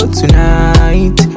tonight